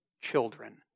children